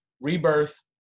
Rebirth